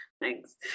Thanks